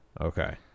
Okay